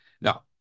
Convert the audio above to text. Now